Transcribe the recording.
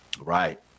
right